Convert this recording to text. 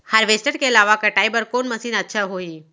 Harvester के अलावा कटाई बर कोन मशीन अच्छा होही?